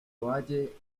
valle